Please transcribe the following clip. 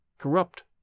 corrupt